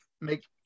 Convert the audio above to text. make